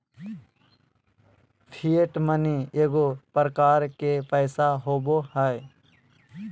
fiat money एगो प्रकार के पैसा होबो हइ